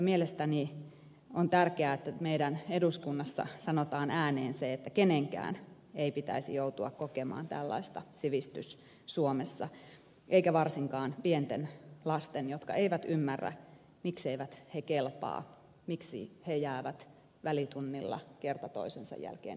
mielestäni on tärkeää että meidän eduskunnassamme sanotaan ääneen se että kenenkään ei pitäisi joutua kokemaan tällaista sivistys suomessa eikä varsinkaan pienten lasten jotka eivät ymmärrä mikseivät he kelpaa miksi he jäävät välitunnilla kerta toisensa jälkeen